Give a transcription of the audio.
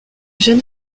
jeune